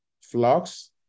flocks